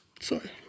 Sorry